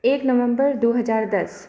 एक नवम्बर दू हजार दश